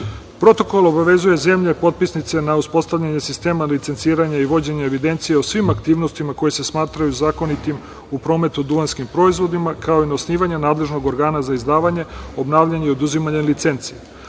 saradnje. Protokol obavezuje zemlje potpisnice na uspostavljanje sistema licenciranja i vođenja evidencija o svim aktivnostima koje se smatraju zakonitim u prometu duvanskim proizvodima, kao i na osnivanje nadležnog organa za izdavanje, obnavljanje i oduzimanje licence.